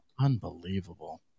Unbelievable